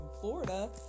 Florida